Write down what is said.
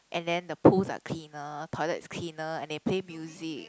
and then the pools are cleaner toilet is cleaner and they play music